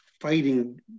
fighting